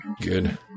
Good